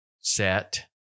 set